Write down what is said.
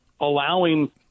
allowing